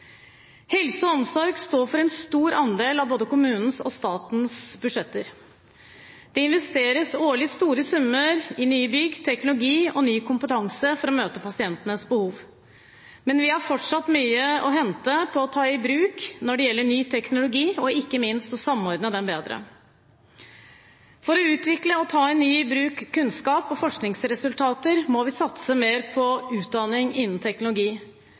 Helse og omsorg står for en stor andel av både kommunenes og statens budsjetter. Det investeres årlig store summer i nye bygg, teknologi og ny kompetanse for å møte pasientenes behov. Men vi har fortsatt mye å hente på å ta i bruk ny teknologi, og ikke minst å samordne den bedre. For å utvikle og ta i bruk ny kunnskap og forskningsresultater må vi satse mer på utdanning innen teknologi,